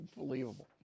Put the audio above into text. unbelievable